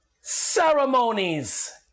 ceremonies